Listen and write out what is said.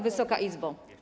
Wysoka Izbo!